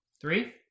three